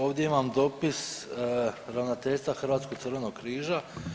Ovdje imam dopis Ravnateljska Hrvatskog Crvenog križa.